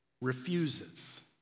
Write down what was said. refuses